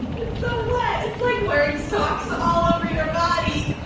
it's so wet. it's like wearing socks all over your body!